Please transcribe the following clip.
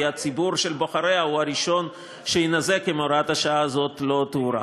כי הציבור של בוחריה הוא הראשון שיינזק אם הוראת השעה הזאת לא תוארך.